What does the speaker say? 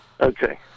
okay